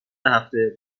هفته